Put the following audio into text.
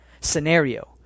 scenario